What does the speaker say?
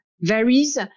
varies